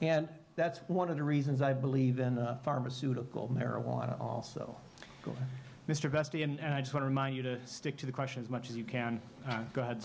and that's one of the reasons i believe in the pharmaceutical marijuana also mr vest and i just want remind you to stick to the question as much as you can